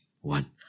One